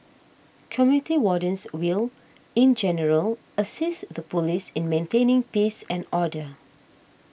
community wardens will in general assist the police in maintaining peace and order